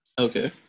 Okay